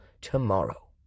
tomorrow